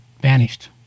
vanished